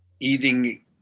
eating